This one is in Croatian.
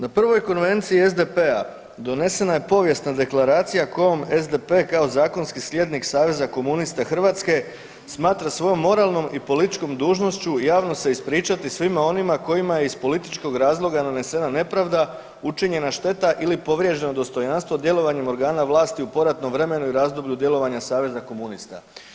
Na prvoj konvenciji SDP-a donesena je povijesna Deklaracija kojom SDP kao zakonski slijednik Saveza komunista Hrvatske smatra svojom moralnom i političkom dužnošću javno se ispričati svima onima kojima je iz političkog razloga nanesena nepravda, učinjena šteta ili povrijeđeno dostojanstvo djelovanjem organa vlasti u poratnom vremenu i razdoblju djelovanja Saveza komunista.